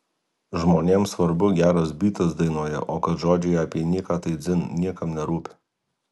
žmonėm svarbu geras bytas dainoje o kad žodžiai apie nieką tai dzin niekam nerūpi